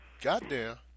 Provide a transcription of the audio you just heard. Goddamn